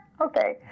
okay